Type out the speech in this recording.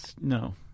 No